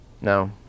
No